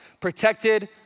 protected